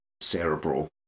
cerebral